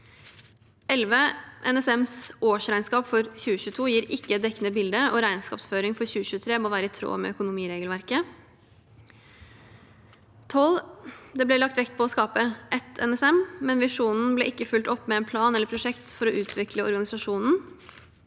11. NSMs årsregnskap for 2022 gir ikke et dekkende bilde, og regnskapsføring for 2023 må være i tråd med økonomiregelverket. 12. Det ble lagt vekt på å skape ett NSM, men visjonen ble ikke fulgt opp med en plan eller prosjekt for å utvikle organisasjonen.